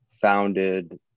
founded